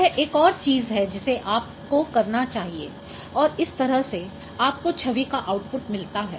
यह एक और चीज है जिसे आपको करना चाहिए और इस तरह से आपको छवि का आउटपुट मिलता है